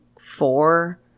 four